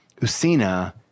Usina